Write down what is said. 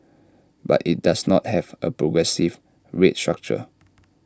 but IT does not have A progressive rate structure